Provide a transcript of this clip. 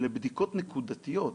לבדיקות נקודתיות.